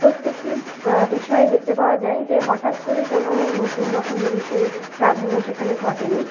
প্রত্যেকটি বিষয়ে দেখতে পাওয়া যায় যে হঠাৎ করে কোনো নতুনরকম জিনিসের প্রাধান্য সেখানে ঘটেনি